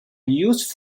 used